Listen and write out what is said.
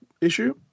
issue